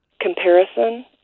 Comparison